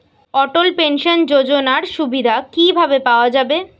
অটল pension যোজনার সুবিধা কি ভাবে পাওয়া যাবে?